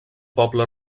poble